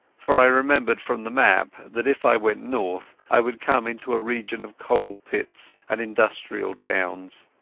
for i remembered from the map that if i went north i would come into a region of coalpits and industrial towns.